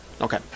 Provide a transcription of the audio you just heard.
Okay